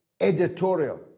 editorial